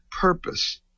purpose